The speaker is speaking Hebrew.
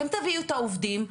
אתם תביאו את העובדים,